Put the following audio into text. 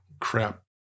Crap